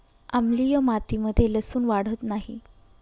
आम्लीय मातीमध्ये लसुन वाढत नाही